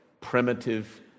primitive